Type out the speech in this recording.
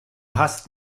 hast